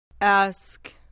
Ask